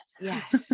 yes